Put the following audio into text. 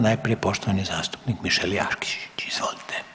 Najprije poštovani zastupnik Mišel Jakšić, izvolite.